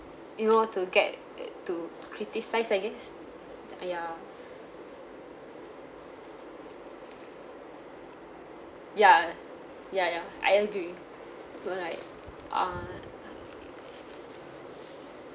you know to get to criticise I guess uh ya ya ya ya I agree don't like uh